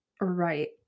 Right